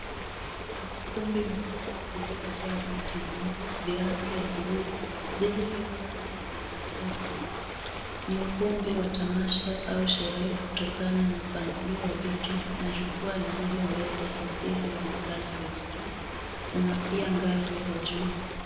Ni ukumbi mkubwa ulio jaa viti vingi vya rangi ya bluu vilivyo pangwa kwenye safu. Ni ukumbi wa tamasha au sherehe kutokana na mpanglio wa vitu na jukwaa lililo mbele lisilo onekana vizuri kuna pia ngazi za juu.